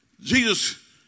Jesus